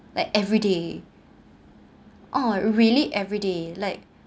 like everyday oh really everyday like